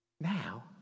now